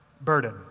burden